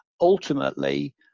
Ultimately